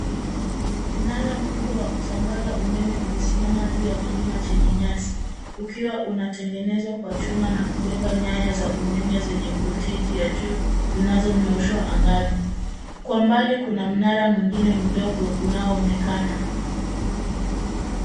Mnara mkubwa wa kusambaza umeme umesimama juu ya kilima chenye nyasi, ukiwa unatengenezwa kwa chuma na kubeba nyaya za umeme zenye voltage ya juu, zinazonyooshwa angani. Kwa umbali kuna mnara mwingine mdogo unaoonekana.